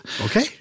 Okay